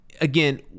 again